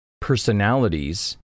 personalities